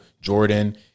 Jordan